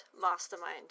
Mastermind